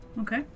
Okay